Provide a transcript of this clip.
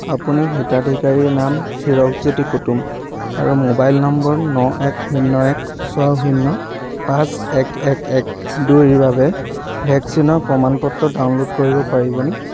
আপুনি হিতাধিকাৰীৰ নাম হিৰকজ্যোতি কুটুম আৰু ম'বাইল নম্বৰ ন এক শূণ্য এক ছয় শূন্য পাঁচ এক এক এক দুইৰ বাবে ভেকচিনৰ প্ৰমাণ পত্ৰ ডাউনলোড কৰিব পাৰিবনে